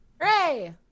Hooray